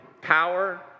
power